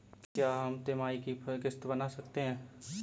क्या हम तिमाही की किस्त बना सकते हैं?